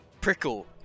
prickle